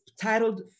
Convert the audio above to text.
titled